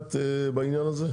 מסייעת בעניין הזה?